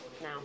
now